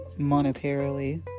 monetarily